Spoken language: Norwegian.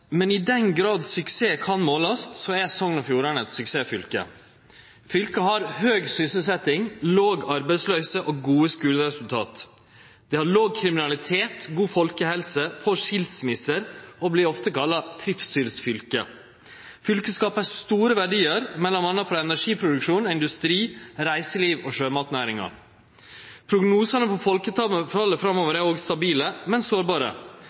Men i den grad suksess kan målast, er Sogn og Fjordane eit suksessfylke. Fylket har høg sysselsetjing, låg arbeidsløyse og gode skuleresultat. Det har låg kriminalitet, god folkehelse, få skilsmisser og vert ofte kalla trivselsfylket. Fylket skapar store verdiar m.a. frå energiproduksjon, industri, reiseliv og sjømatnæring. Prognosane for folketalet framover er òg stabile, men sårbare.